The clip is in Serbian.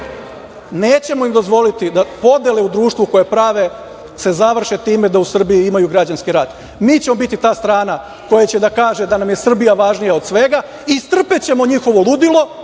nećemo im dozvoliti da podele u društvu koje prave se završe time da u Srbiji imaju građanski rat. Mi ćemo biti ta strana koja će da kaže da nam je Srbija važnija od svega. Istrpećemo njihovo ludilo